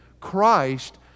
Christ